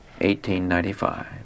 1895